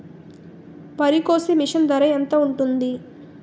వరి కోసే మిషన్ ధర ఎంత ఉంటుంది?